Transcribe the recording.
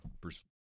Bruce